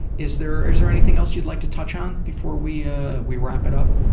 is there is there anything else you'd like to touch on before we ah we wrap it up?